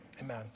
amen